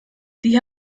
die